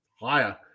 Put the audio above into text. higher